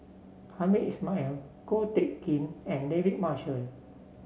Hamed Ismail Ko Teck Kin and David Marshall